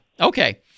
Okay